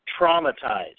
traumatized